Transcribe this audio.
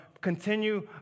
continue